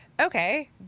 Okay